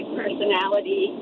personality